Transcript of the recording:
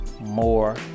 more